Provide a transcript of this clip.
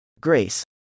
Grace